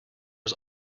was